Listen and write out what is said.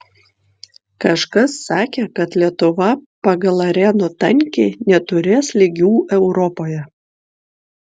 kažkas sakė kad lietuva pagal arenų tankį neturės lygių europoje